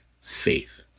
faith